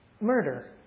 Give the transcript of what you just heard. murder